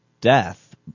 death